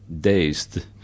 dazed